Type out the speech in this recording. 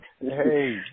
Hey